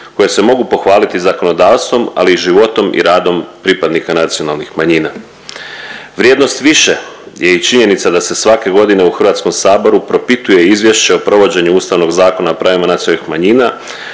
koje se mogu pohvaliti zakonodavstvom, ali životom i radom pripadnika nacionalnih manjina. Vrijednost više je i činjenica da se svake godine u HS propituje Izvješće o provođenju Ustavnog zakona o pravima nacionalnih manjina,